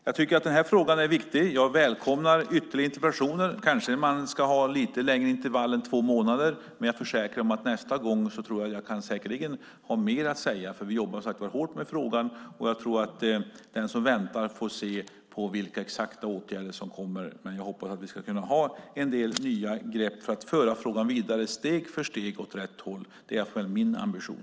Jag tycker att frågan är viktig och välkomnar ytterligare interpellationer. Kanske ska de ställas med lite längre intervaller än två månader, men jag försäkrar att jag nästa gång har mer att säga. Vi jobbar som sagt hårt med frågan, och den som väntar kommer att få se vilka åtgärder det blir. Jag hoppas att vi ska kunna ta en del nya grepp för att steg för steg föra frågan vidare åt rätt håll. Det är i alla fall min ambition.